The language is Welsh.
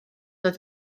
oedd